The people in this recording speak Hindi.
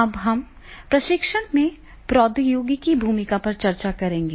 आज हम प्रशिक्षण में प्रौद्योगिकी की भूमिका पर चर्चा करेंगे